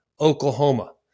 Oklahoma